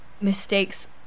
mistakes